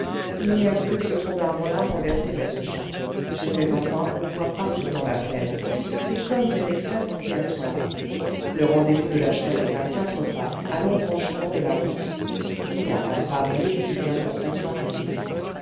il n'y a que ce tronc darbre là renversé dans ce champ de cet endroit on voit partout dans la plaine c'est comme fait exprès pour s'y asseoir le rendez-vous de la chouette est à quatre pas à l'embranchement de la route il y a à parier qu'ils viendront s'asseoir ici